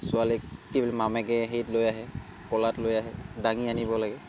ছোৱালীক কি বুলি মামাকে হেৰিত লৈ আহে কোলাত লৈ আহে দাঙি আনিব লাগে